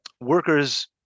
workers